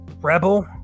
Rebel